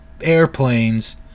airplanes